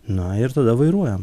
na ir tada vairuojame